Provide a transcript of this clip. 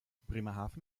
bremerhaven